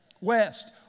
West